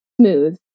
smooth